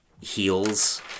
heels